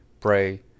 PRAY